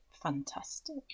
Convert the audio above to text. Fantastic